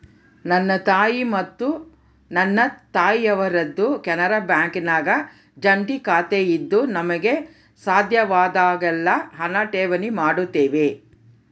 ನನ್ನ ಮತ್ತು ನನ್ನ ತಾಯಿಯವರದ್ದು ಕೆನರಾ ಬ್ಯಾಂಕಿನಾಗ ಜಂಟಿ ಖಾತೆಯಿದ್ದು ನಮಗೆ ಸಾಧ್ಯವಾದಾಗೆಲ್ಲ ಹಣ ಠೇವಣಿ ಮಾಡುತ್ತೇವೆ